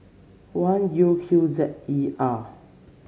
one U Q Z E R